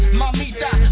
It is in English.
mamita